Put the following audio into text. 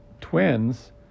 twins